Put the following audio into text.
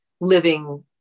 living